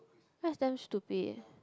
that's damn stupid